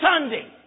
Sunday